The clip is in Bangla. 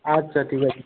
আচ্ছা ঠিক আছে